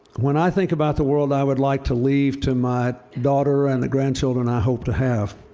when i think about the world i would like to leave to my daughter and the grandchildren i hope to have,